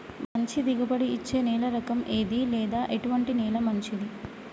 మంచి దిగుబడి ఇచ్చే నేల రకం ఏది లేదా ఎటువంటి నేల మంచిది?